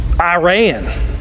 Iran